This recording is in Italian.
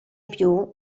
più